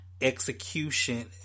execution